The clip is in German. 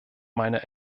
meine